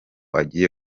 agiye